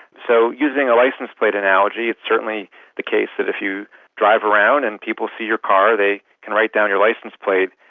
so using a license plate analogy, it is certainly the case that if you drive around and people see your car they can write down your license plate,